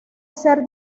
ser